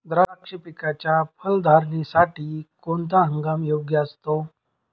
द्राक्ष पिकाच्या फलधारणेसाठी कोणता हंगाम योग्य असतो?